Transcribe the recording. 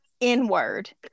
N-word